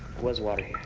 was water